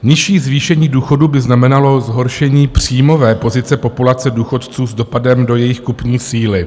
Nižší zvýšení důchodů by znamenalo zhoršení příjmové pozice populace důchodců s dopadem do jejich kupní síly.